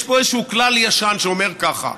יש פה איזשהו כלל ישן שאומר ככה: